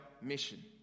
mission